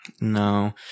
No